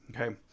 okay